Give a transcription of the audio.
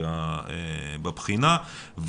בבחינה,